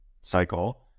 cycle